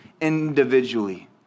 individually